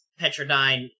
Petrodine